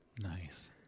Nice